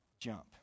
jump